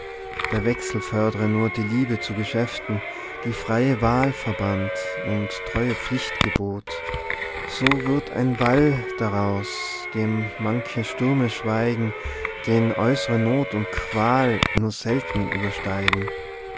der wechsel fördre nur die liebe zu geschäften die freie wahl verband und treue pflicht gebot so wird ein wall daraus dem manche stürme schweigen den äußre not und qual nur selten übersteigen